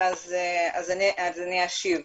אני אשיב.